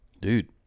dude